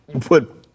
put